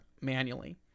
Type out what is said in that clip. manually